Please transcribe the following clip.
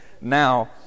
now